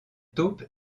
taupe